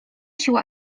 siła